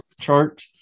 chart